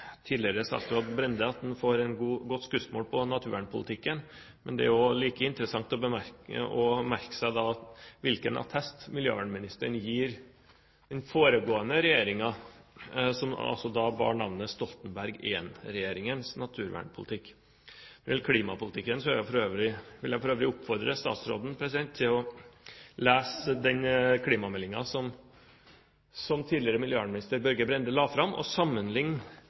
tidligere statsråd Brende at han får et godt skussmål for naturvernpolitikken, men det er like interessant å merke seg hvilken attest miljøvernministeren gir naturvernpolitikken til den foregående regjering, som bar navnet Stoltenberg I-regjeringen. Når det gjelder klimapolitikken, vil jeg for øvrig oppfordre statsråden til å lese den klimameldingen som tidligere miljøvernminister Børge Brende la fram, og